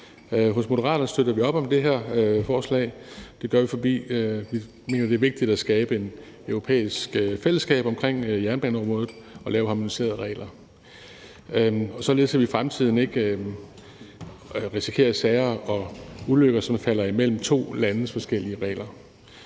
Hos Moderaterne støtter vi op om det her forslag, og det gør vi, fordi vi mener, det er vigtigt at skabe et europæisk fællesskab omkring jernbaneområdet og lave harmoniserede regler, således at vi i fremtiden ikke risikerer sager og ulykker, som falder imellem to landes forskellige regler.